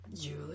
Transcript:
Julie